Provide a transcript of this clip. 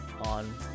on